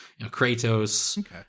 Kratos